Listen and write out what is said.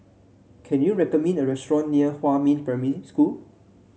can you recommend me a restaurant near Huamin Primary School